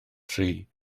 tri